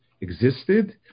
existed